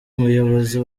muyobozi